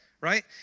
right